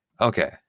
Okay